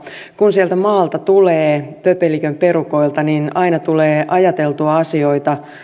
kun sieltä maalta tulee pöpelikön perukoilta niin aina tulee ajateltua asioita